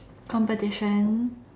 competition